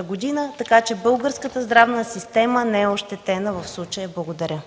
общност, така че българската здравна система не е ощетена в случая. Благодаря.